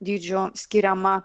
dydžių skiriama